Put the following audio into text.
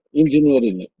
engineering